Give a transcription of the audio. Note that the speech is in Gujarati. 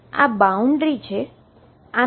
આ બાઉન્ડ્રી છે